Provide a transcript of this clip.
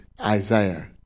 Isaiah